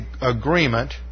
agreement